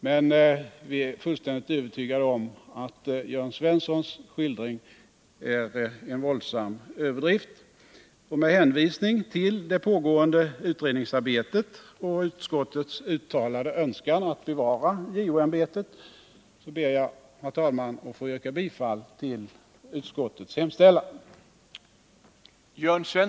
Men vi är fullständigt övertygade om att Jörn Svenssons skildring är en våldsam överdrift. Och med hänvisning till det pågående utredningsarbetet och utskottets uttalade önskan att bevara JO-ämbetet ber jag, herr talman, att få yrka bifall till utskottets hemställan.